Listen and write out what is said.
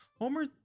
Homer